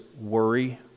worry